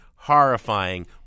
horrifying